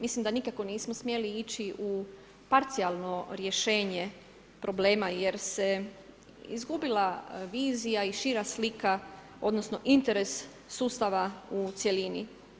Mislim da nikako nismo smjeli ići u parcijalno rješenje problema jer se izgubila vizija i šira slika odnosno interes sustava u cjelini.